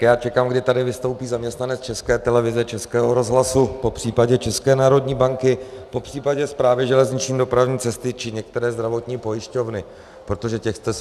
Já čekám, kdy tady vystoupí zaměstnanec České televize, Českého rozhlasu, popřípadě České národní banky, popřípadě Správy železniční dopravní cesty či některé zdravotní pojišťovny, protože těch jste se nedotkli.